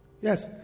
yes